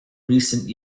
recent